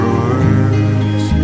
words